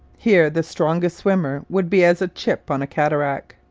here the strongest swimmer would be as a chip on a cataract.